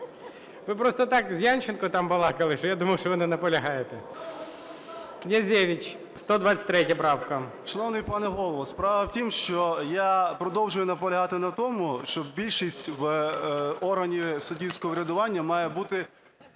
Ви просто так з Янченко балакали, що я думав, що ви не наполягаєте. Князевич, 123 правка. 16:38:00 КНЯЗЕВИЧ Р.П. Шановний пане Голово, справа в тім, що я продовжую наполягати на тому, що більшість органів суддівського врядування має бути